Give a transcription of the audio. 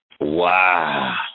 Wow